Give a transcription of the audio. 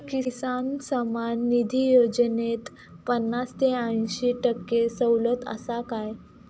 किसान सन्मान निधी योजनेत पन्नास ते अंयशी टक्के सवलत आसा काय?